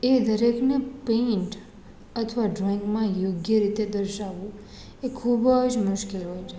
એ દરેકને પેન્ટ અથવા ડ્રોઇંગમાં યોગ્ય રીતે દર્શાવવું એ ખૂબ જ મુશ્કેલ હોય છે